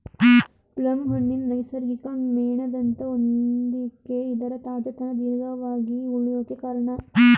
plum ಹಣ್ಣಿನ ನೈಸರ್ಗಿಕ ಮೇಣದಂಥ ಹೊದಿಕೆ ಇದರ ತಾಜಾತನ ದೀರ್ಘವಾಗಿ ಉಳ್ಯೋಕೆ ಕಾರ್ಣ